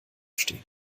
stehen